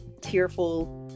tearful